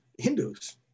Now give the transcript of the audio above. Hindus